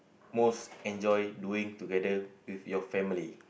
most enjoy doing together with your family